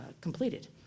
completed